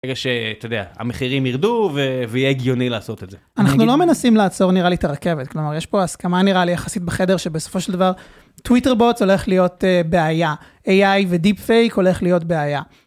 רגע שאתה יודע, המחירים ירדו ויהיה הגיוני לעשות את זה. אנחנו לא מנסים לעצור נראה לי את הרכבת, כלומר יש פה הסכמה נראה לי יחסית בחדר שבסופו של דבר, טוויטר בוט הולך להיות בעיה, AI ו-Deepfake הולך להיות בעיה.